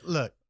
Look